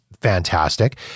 fantastic